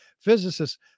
physicists